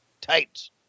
tights